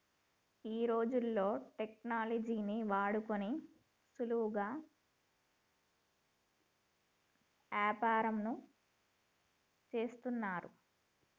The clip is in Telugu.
ఈ రోజుల్లో టెక్నాలజీని వాడుకొని సులువుగా యాపారంను చేత్తన్నారు